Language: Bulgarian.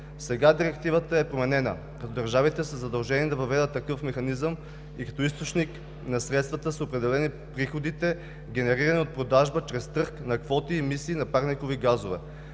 Сега Директивата е променена, като държавите са задължени да въведат такъв механизъм и като източник на средствата са определени приходите, генерирани от продажба чрез търг на квоти емисии на парникови газове.